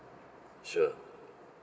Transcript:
sure